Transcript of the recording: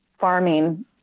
farming